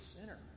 sinner